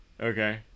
okay